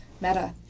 meta